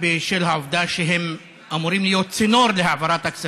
בקריאה שנייה,